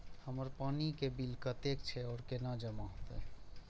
हमर पानी के बिल कतेक छे और केना जमा होते?